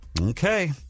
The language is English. Okay